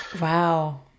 Wow